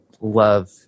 love